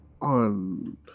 on